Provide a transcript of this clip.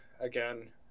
again